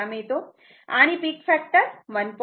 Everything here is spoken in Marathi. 155 मिळतो आणि पिक फॅक्टर 1